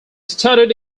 studied